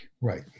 Right